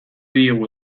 diegu